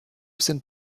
sind